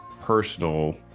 personal